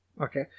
Okay